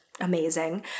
amazing